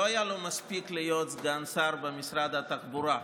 לא היה לו מספיק להיות סגן שר במשרד התחבורה,